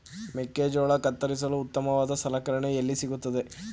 ಮೆಕ್ಕೆಜೋಳ ಕತ್ತರಿಸಲು ಉತ್ತಮವಾದ ಸಲಕರಣೆ ಎಲ್ಲಿ ಸಿಗುತ್ತದೆ?